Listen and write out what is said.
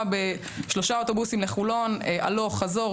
יושב איגוד השחייה, מאמן נבחרת ישראל.